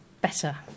better